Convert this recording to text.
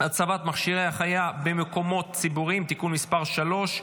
הביטוח הלאומי (תיקון מס' 254)